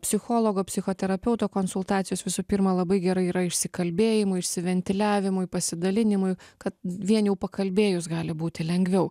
psichologo psichoterapeuto konsultacijos visų pirma labai gerai yra išsikalbėjimui išsiventiliavimui pasidalinimui ka vien jau pakalbėjus gali būti lengviau